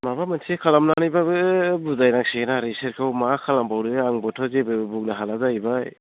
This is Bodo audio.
माबा मोनसे खालामनानैबाबो बुजाय नांसिगोन आरो बिसोरखौ मा खालामबावनो आंबोथ' जेबो बुंनो हाला जाहैबाय